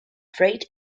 freight